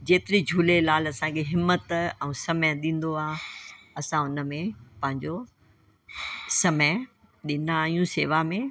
जेतिरी झूलेलाल असांखे हिमत ऐं समय ॾींदो आहे असां उनमें पंहिंजो समय ॾींदा आहियूं सेवा में